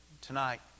Tonight